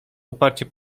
uparcie